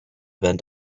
went